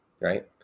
Right